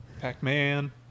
Pac-Man